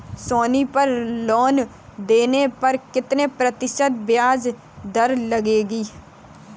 सोनी पर लोन लेने पर कितने प्रतिशत ब्याज दर लगेगी?